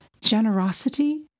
Generosity